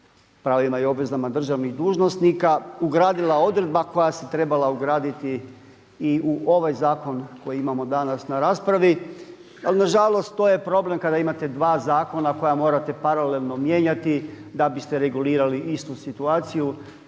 pravima i obvezama državnih dužnosnika ugradila odredba koja se trebala ugraditi i u ovaj zakon koji imamo danas na raspravi. Ali nažalost to je problem kada imate dva zakona koja morate paralelno mijenjati da biste regulirali istu situaciju.